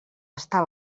està